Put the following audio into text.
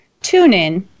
TuneIn